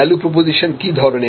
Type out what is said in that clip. value proposition কি ধরনের